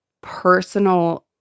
personal